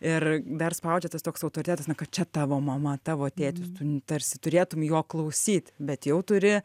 ir dar spaudžia tas toks autoritetas na kad čia tavo mama tavo tėtis tu tarsi turėtum jo klausyt bet jau turi